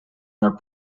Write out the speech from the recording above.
not